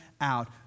out